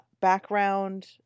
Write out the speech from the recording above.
background